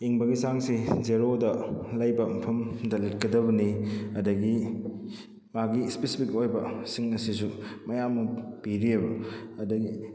ꯏꯪꯕꯒꯤ ꯆꯥꯡꯁꯤ ꯖꯦꯔꯣꯗ ꯂꯩꯕ ꯃꯐꯝꯗ ꯂꯤꯠꯀꯗꯕꯅꯤ ꯑꯗꯨꯗꯒꯤ ꯃꯥꯒꯤ ꯁ꯭ꯄꯦꯁꯤꯐꯤꯛ ꯑꯣꯏꯕꯁꯤꯡ ꯑꯁꯤꯁꯨ ꯃꯌꯥꯝ ꯑꯃ ꯄꯤꯔꯤꯑꯕ ꯑꯗꯨꯗꯒꯤ